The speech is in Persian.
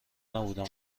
نبودم